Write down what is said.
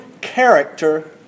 character